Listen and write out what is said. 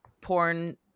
porn